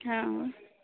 हँ